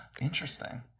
Interesting